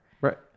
Right